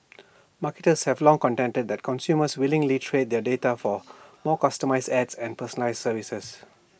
marketers have long contended that consumers willingly trade their data for more customised ads and personalised services